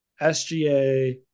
SGA